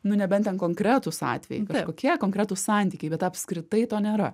nu nebent ten konkretūs atvejai kokie konkretūs santykiai bet apskritai to nėra